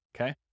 okay